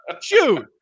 shoot